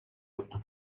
otto